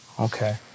Okay